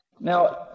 Now